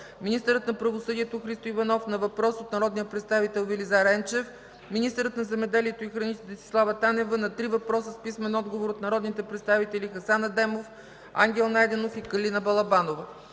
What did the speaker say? министърът на правосъдието Христо Иванов – на въпрос от народния представител Велизар Енчев; – министърът на земеделието и храните Десислава Танева – на три въпроса с писмен отговор от народните представители Хасан Адемов, Ангел Найденов, и Калина Балабанова.